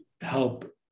help